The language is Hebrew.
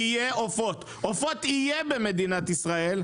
יהיו עופות במדינת ישראל,